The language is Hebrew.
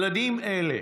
ילדים אלה,